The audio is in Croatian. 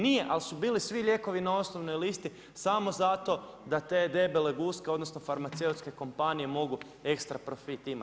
Nije, ali su bili svi lijekovi na osnovnoj listi samo zato da te debele guske, odnosno farmaceutske kompanije mogu ekstra profit imat.